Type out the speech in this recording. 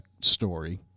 story